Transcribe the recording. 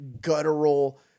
guttural